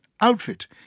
outfit